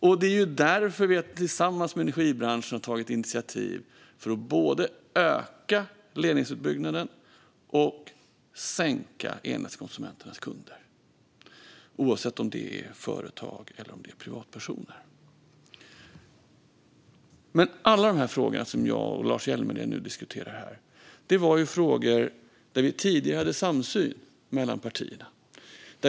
Och det är därför vi tillsammans med energibranschen har tagit initiativ för att få både en ökad ledningsutbyggnad och en sänkning för elnätskunderna, oavsett om det är företag eller privatpersoner. Alla de frågor som Lars Hjälmered och jag diskuterar här är frågor där vi tidigare hade samsyn mellan partierna.